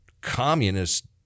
communist